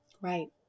Right